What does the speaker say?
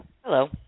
Hello